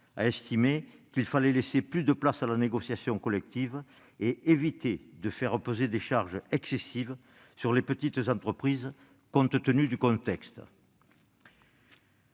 a estimé qu'il fallait laisser plus de place à la négociation collective et éviter de faire peser des charges excessives sur les petites entreprises, compte tenu du contexte.